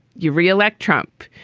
you re-elect trump.